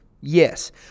Yes